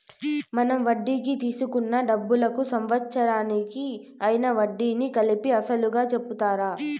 మనం వడ్డీకి తీసుకున్న డబ్బులకు సంవత్సరానికి అయ్యిన వడ్డీని కలిపి అసలుగా చెప్తారు